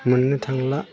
मोननो थांला